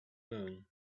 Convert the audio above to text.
moon